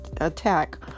attack